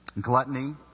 Gluttony